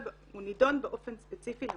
הוא נדון באופן ספציפי למקרה.